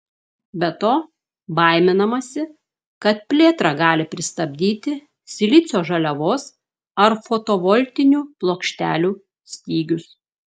be to baiminamasi kad plėtrą gali pristabdyti silicio žaliavos ar fotovoltinių plokštelių stygius